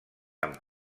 amb